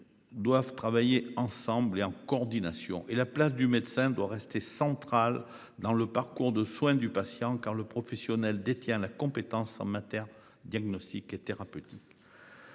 Doivent travailler ensemble et en coordination et la place du médecin doit rester central dans le parcours de soin du patient quand le professionnel détient la compétence en matière diagnostiques et thérapeutiques.